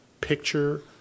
picture